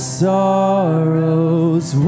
sorrows